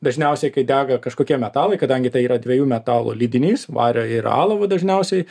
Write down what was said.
dažniausiai kai dega kažkokie metalai kadangi tai yra dviejų metalų lydinys vario ir alavo dažniausiai